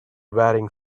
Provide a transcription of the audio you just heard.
wearing